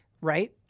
right